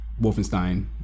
Wolfenstein